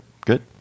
Good